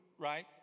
right